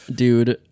dude